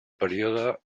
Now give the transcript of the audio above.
període